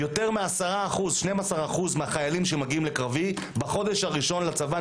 יותר מ-12% מהחיילים שמגיעים לקרבי נפצעים בחודש הראשון לצבא.